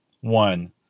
One